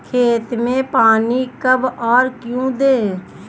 खेत में पानी कब और क्यों दें?